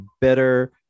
better